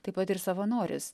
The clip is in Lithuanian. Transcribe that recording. taip pat ir savanoris